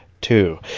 two